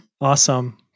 Awesome